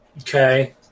Okay